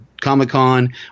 Comic-Con